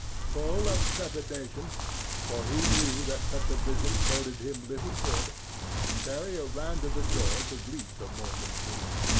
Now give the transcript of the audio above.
full of trepidation for he knew that such a visit boded him little good ferrier ran to the door to greet the mormon chief.